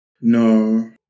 no